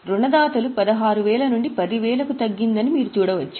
రుణదాతలు 16000 నుండి 10000 తగ్గిందని మీరు చూడవచ్చు